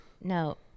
no